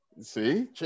see